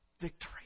victory